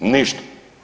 Ništa.